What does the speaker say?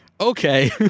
okay